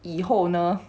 以后呢